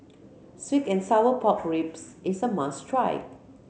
sweet and sour pork ribs is a must try